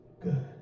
good